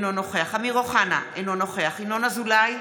אינו נוכח אמיר אוחנה, אינו נוכח ינון אזולאי,